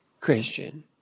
Christian